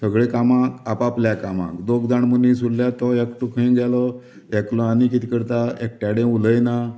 सगळे कामांक आपआपल्या कामांक दोग जाण मनीस उरल्या तो एकटो खंय गेलो एकलो आनी कितें करता एकट्या कडेन उलयना